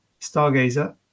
stargazer